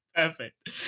Perfect